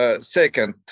Second